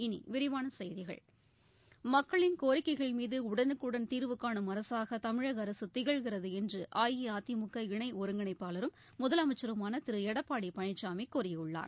இனி விரிவான செய்திகள் மக்களின் கோரிக்கைகள் மீது உடனுக்குடன் தீர்வு காணும் அரசாக தமிழக அரசு திகழ்கிறது என்று அஇஅதிமுக இணை ஒருங்கிணைப்பாளரும் முதலமைச்சருமான திரு எடப்பாடி பழனிசாமி கூறியுள்ளார்